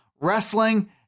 wrestling